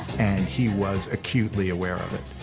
and he was acutely aware of it.